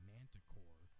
Manticore